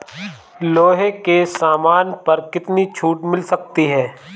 लोहे के सामान पर कितनी छूट मिल सकती है